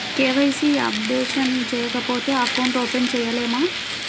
KYC updation చేయకపోతే account open చేయలేమా?